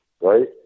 right